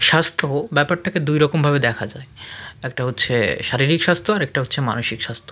স্বাস্থ্য ব্যাপারটাকে দুই রকমভাবে দেখা যায় একটা হচ্ছে শারীরিক স্বাস্থ্য আর একটা হচ্ছে মানসিক স্বাস্থ্য